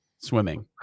swimming